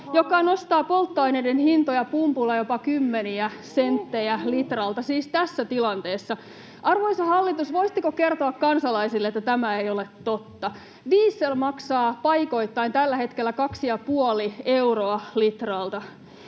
joka nostaa polttoaineiden hintoja pumpulla jopa kymmeniä senttejä litralta — siis tässä tilanteessa. Arvoisa hallitus, voisitteko kertoa kansalaisille, että tämä ei ole totta? Diesel maksaa paikoittain tällä hetkellä kaksi ja puoli euroa litralta.